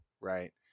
right